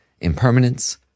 impermanence